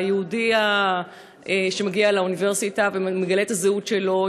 יהודי שמגיע לאוניברסיטה ומגלה את הזהות שלו,